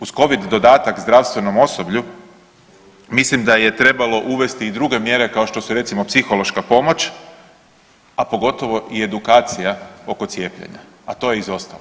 Uz Covid dodatak zdravstvenom osoblju mislim da je trebalo uvesti i druge mjere kao što su recimo psihološka pomoć, a pogotovo i edukacija oko cijepljenja, a to je izostalo.